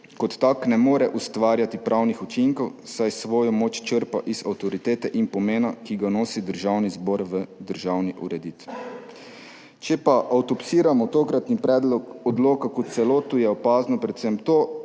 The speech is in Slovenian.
Kot tak ne more ustvarjati pravnih učinkov, saj svojo moč črpa iz avtoritete in pomena, ki ga nosi Državni zbor v državni ureditvi. Če pa avtopsiramo tokratni predlog odloka kot celoto, je opazno predvsem to,